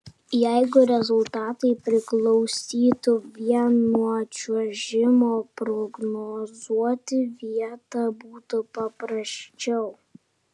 jeigu rezultatai priklausytų vien nuo čiuožimo prognozuoti vietas būtų paprasčiau